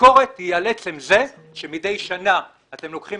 הביקורת היא על עצם זה שמדי שנה אתם לוקחים